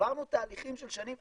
עברנו תהליכים של שנים,